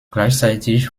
gleichzeitig